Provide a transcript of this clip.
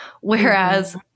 Whereas